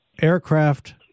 aircraft